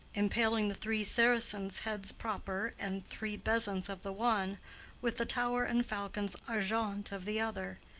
impaling the three saracens' heads proper and three bezants of the one with the tower and falcons argent of the other,